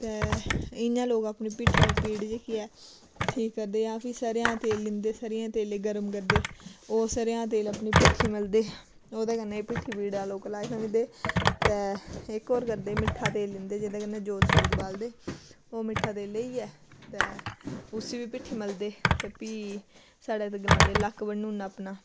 ते इ'यां लोक अपनी पिट्ठी दी पीड़ जेह्की ऐ ठीक करदे जां फ्ही सरे'आं दा तेल लैंदे सरे'आं दे तेले गरम करदे ओह् सरे'आं तेल अपनी पिट्ठी मलदे ओह्दे कन्नै बी पिट्ठी पीड़ा दा लोक इलाज करदे ते इक होर करदे मिट्ठा तेल लैंदे जेह्दे ने जोत छोत बालदे ओह् मिट्ठा तेल लेइयै ते उसी बी पिट्ठी मलदे फ्ही साढ़े ते गलांदे लक्क बन्नु ना अपना